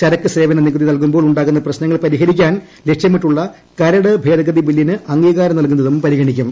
ചരക്ക് സേവന നികുതി നൽകുമ്പോൾ ഉ ാകുന്ന പ്രശ്നങ്ങൾ പരിഹരിക്കാൻ ലക്ഷ്യമിട്ടുളള കരട് ഭേദഗതി ബില്ലിന് അംഗീകാരം നൽകുന്നതും പരിഗണിക്കും